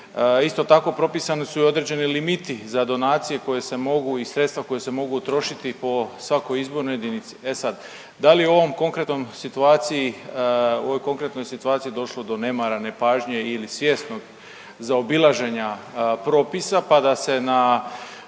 Isto tako propisani su i određeni limiti za donacije koje se mogu i sredstva koja se mogu utrošiti po svakoj izbornoj jedinici. E sad, da li u ovom konkretnom situaciji u ovoj konkretnoj situaciji došlo do nemara, nepažnje ili svjesnog zaobilaženja propisa pa da se na